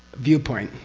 viewpoint.